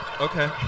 Okay